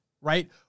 right